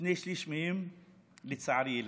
ושני-שלישים מהם ילדים,